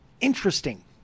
interesting